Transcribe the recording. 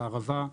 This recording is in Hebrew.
בערבה,